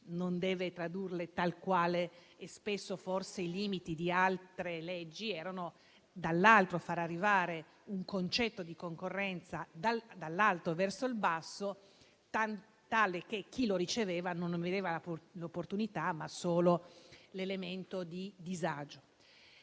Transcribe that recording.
senza tradurle tal quali. Forse il limite di altre leggi è stato quello di far arrivare un concetto di concorrenza dall'alto verso il basso, tale per cui chi lo riceveva non ne vedeva l'opportunità, ma solo l'elemento di disagio.